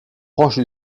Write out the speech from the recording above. proche